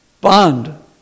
bond